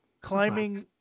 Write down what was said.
Climbing